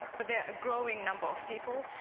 but they are a growing number of people,